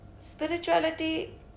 Spirituality